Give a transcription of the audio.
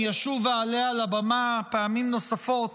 אני אשוב ואעלה על הבמה פעמים נוספות